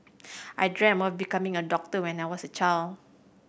I dreamt of becoming a doctor when I was a child